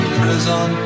prison